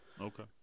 okay